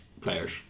players